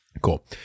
Cool